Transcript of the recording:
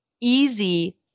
easy